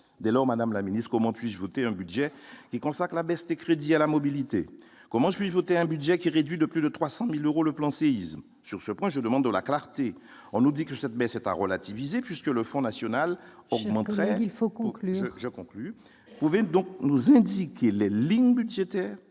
de Madame la Ministre, comment puis-je vous dire budget qui consacrent la baisse des crédits à la mobilité comment suis voter un budget qui réduit de plus de 300000 euros le plan séisme sur ce point, je demande la clarté, on nous dit que cette baisse est à relativiser, puisque le Front national, on en clair, il faut conclure je conclus pouvez donc nous indiquer les lignes budgétaires